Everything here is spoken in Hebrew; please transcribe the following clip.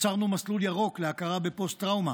יצרנו מסלול ירוק להכרה בפוסט-טראומה,